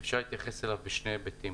אפשר להתייחס אליו בשני היבטים.